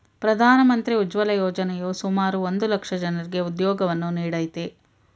ಪ್ರಧಾನ ಮಂತ್ರಿ ಉಜ್ವಲ ಯೋಜನೆಯು ಸುಮಾರು ಒಂದ್ ಲಕ್ಷ ಜನರಿಗೆ ಉದ್ಯೋಗವನ್ನು ನೀಡಯ್ತೆ